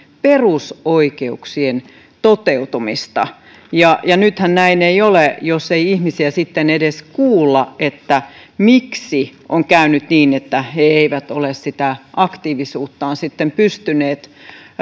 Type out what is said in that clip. perusoikeuksien toteutumista nythän näin ei ole jos ei ihmisiä sitten edes kuulla siitä miksi on käynyt niin että he eivät ole sitä aktiivisuuttaan sitten pystyneet